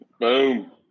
Boom